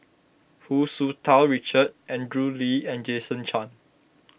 Hu Tsu Tau Richard Andrew Lee and Jason Chan